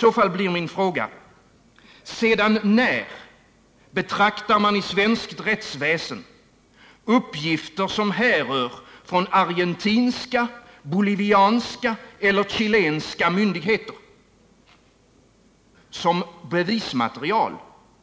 Då blir min fråga: Sedan när betraktar man i svenskt rättsväsende uppgifter som härrör från argentinska, bolivianska eller chilenska myndigheter som bevismaterial